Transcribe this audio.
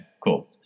cool